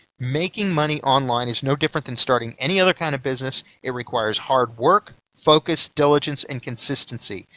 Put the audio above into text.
making money online is no different than starting any other kind of business it requires hard work, focus, diligence and consistency.